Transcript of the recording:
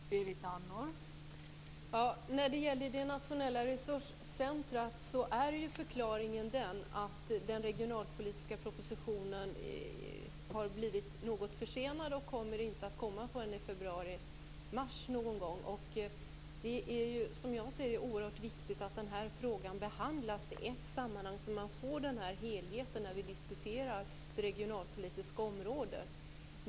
Fru talman! När det gäller det nationella resurscentrumet är förklaringen att den regionalpolitiska propositionen har blivit något försenad och inte kommer förrän någon gång i februari-mars. Som jag ser det är det oerhört viktigt att den här frågan behandlas i ett sammanhang så att vi får helheten när vi diskuterar det regionalpolitiska området.